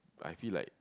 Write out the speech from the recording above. I feel like